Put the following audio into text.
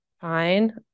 fine